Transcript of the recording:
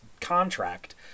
contract